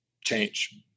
change